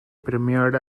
premiered